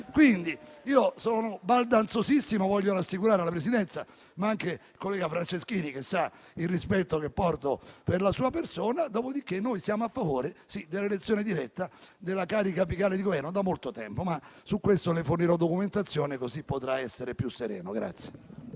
annunciato. Sono baldanzosissimo, voglio rassicurare la Presidenza, ma anche il collega Franceschini sa il rispetto che porto per la sua persona. Dopodiché noi siamo a favore, sì, dell'elezione diretta della carica apicale di Governo da molto tempo, ma su questo fornirò documentazione così potrà essere più sereno.